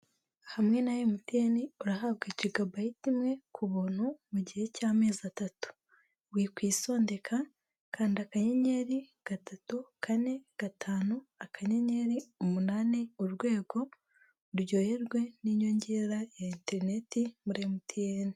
Hamwe na MTN urahabwa jigabayiti imwe ku buntu mu gihe cy'amezi atatu, wikwisondeka kanda akanyenyeri gatatu, kane, gatanu, akanyenyeri, umunani, urwego, uryoherwe n'inyongera ya interineti muri MTN.